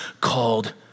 called